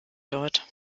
dort